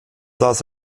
saß